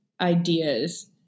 ideas